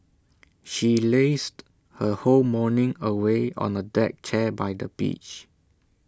she lazed her whole morning away on A deck chair by the beach